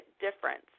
difference